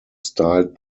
styled